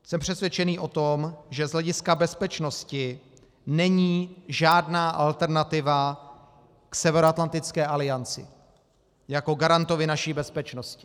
Jsem přesvědčený o tom, že z hlediska bezpečnosti není žádná alternativa k Severoatlantické alianci jako garantovi naší bezpečnosti.